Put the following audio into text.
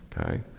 okay